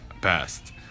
best